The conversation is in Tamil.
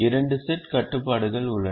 இரண்டு செட் கட்டுப்பாடுகள் உள்ளன